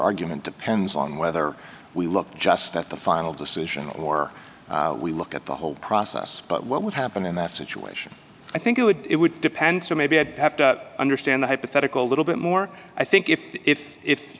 argument depends on whether we look just at the final decision or we look at the whole process but what would happen in that situation i think it would it would depend so maybe i'd have to understand the hypothetical a little bit more i think if if if